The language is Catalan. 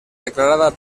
declarada